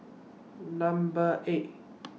Number eight